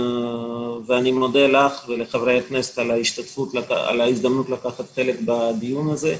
אני מודה לך ולחברי הכנסת על ההזדמנות לקחת חלק בדיון הזה.